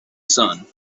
sun